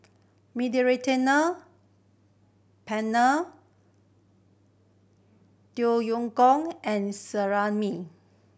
Mediterranean Penne Yam Goong and